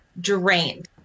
drained